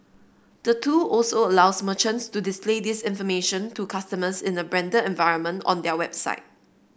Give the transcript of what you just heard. the tool also allows merchants to display this information to customers in the branded environment on their own website